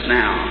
now